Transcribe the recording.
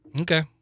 Okay